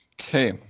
Okay